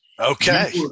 Okay